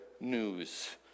news